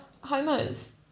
homos